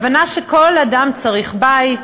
הבנה שכל אדם צריך בית,